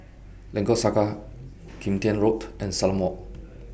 Lengkok Saga Kim Tian Road and Salam Walk